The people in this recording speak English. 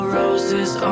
roses